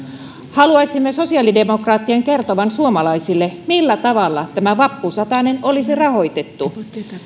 haluaisimme sosiaalidemokraattien kertovan suomalaisille millä tavalla tämä vappusatanen olisi rahoitettu